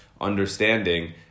understanding